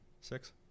Six